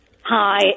Hi